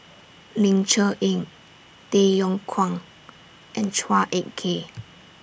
Ling Cher Eng Tay Yong Kwang and Chua Ek Kay